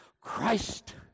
Christ